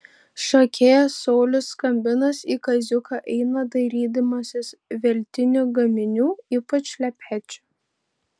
šokėjas saulius skambinas į kaziuką eina dairydamasis veltinių gaminių ypač šlepečių